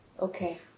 okay